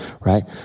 right